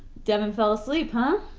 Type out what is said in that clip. devon fell asleep huh?